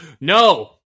No